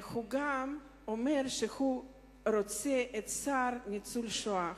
הוא גם אומר שהוא רוצה שר ניצול השואה.